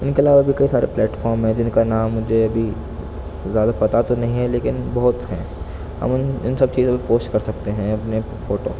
ان علاوہ بھی کئی سارے پلیٹ فام ہے جن کا نام مجھے ابھی زیادہ پتہ تو نہیں ہے لیکن بہت ہیں ہم ان ان سب چیزوں پہ پوسٹ کر سکتے ہیں اپنے اپنے فوٹو